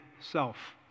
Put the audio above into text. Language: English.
Self